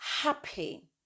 happy